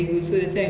ah